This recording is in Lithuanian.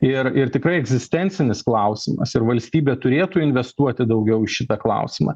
ir ir tikrai egzistencinis klausimas ir valstybė turėtų investuoti daugiau į šitą klausimą